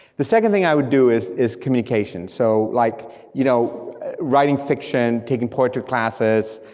the second thing i would do is is communication, so like you know writing fiction, taking poetry classes